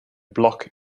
block